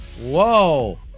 Whoa